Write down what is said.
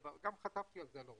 וגם חטפתי על זה על הראש,